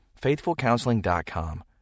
FaithfulCounseling.com